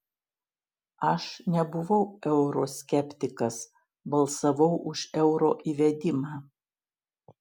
aš nebuvau euro skeptikas balsavau už euro įvedimą